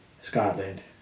Scotland